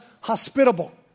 hospitable